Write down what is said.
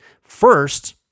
First